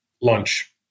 lunch